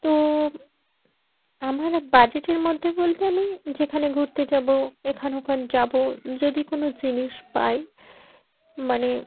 তো আমার বাজেটের মধ্যে বলতে আমি যেখানে ঘুরতে যাব এখানে ওখান যাব যদি কোনো জিনিস পাই মানে